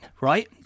right